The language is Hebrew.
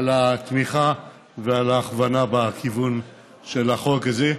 על התמיכה ועל ההכוונה בכיוון של החוק הזה.